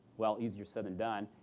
well, easier said than done.